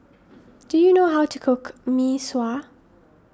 do you know how to cook Mee Sua